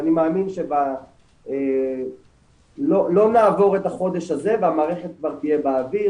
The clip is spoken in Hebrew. ואני מאמין שלא נעבור את החודש הזה והמערכת כבר תהיה באוויר,